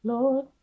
Lord